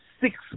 six